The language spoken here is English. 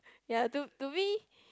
ya to to me